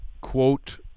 quote